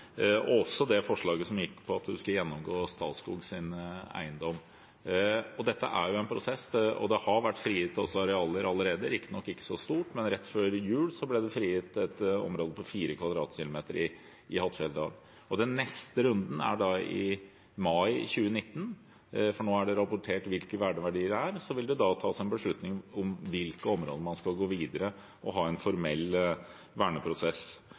og også det forslaget som gikk på at man skulle gjennomgå Statskogs eiendom. Dette er en prosess, og det har også vært frigitt areal allerede – riktignok ikke så stort, men rett før jul ble det frigitt et område på 4 km 2 i Hattfjelldal. Den neste runden er i mai 2019. Nå er det rapportert hvilke verneverdier det er, og så vil det tas en beslutning om hvilke områder man skal gå videre med, og ha en formell verneprosess,